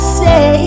say